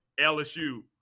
LSU